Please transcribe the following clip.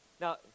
Now